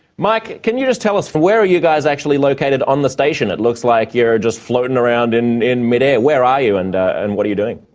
mike, can you just tell us, where are you guys actually located on the station? it looks like you are are just floating around in in midair. where are you and and what are you doing?